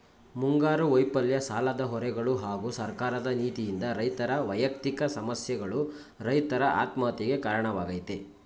ಮುಂಗಾರು ವೈಫಲ್ಯ ಸಾಲದ ಹೊರೆಗಳು ಹಾಗೂ ಸರ್ಕಾರದ ನೀತಿಯಿಂದ ರೈತರ ವ್ಯಯಕ್ತಿಕ ಸಮಸ್ಯೆಗಳು ರೈತರ ಆತ್ಮಹತ್ಯೆಗೆ ಕಾರಣವಾಗಯ್ತೆ